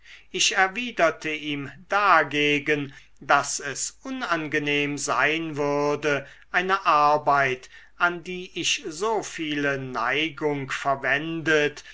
ich erwiderte ihm dagegen daß es unangenehm sein würde eine arbeit an die ich so viele neigung verwendet